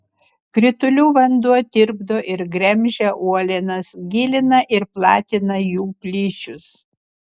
kritulių vanduo tirpdo ir gremžia uolienas gilina ir platina jų plyšius